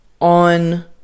on